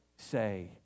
say